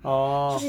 orh